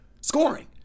scoring